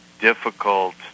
Difficult